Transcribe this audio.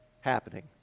happening